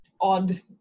odd